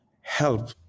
help